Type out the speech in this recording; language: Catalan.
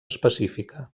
específica